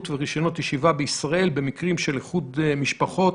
ורישיונות ישיבה בישראל במקרים של איחוד משפחות